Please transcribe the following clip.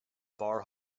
bar